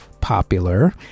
popular